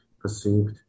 perceived